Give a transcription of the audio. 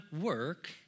work